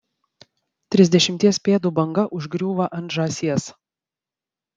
trisdešimties pėdų banga užgriūva ant žąsies